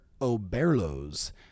oberlo's